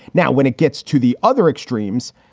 now, when it gets to the other extremes,